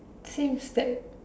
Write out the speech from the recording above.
same steps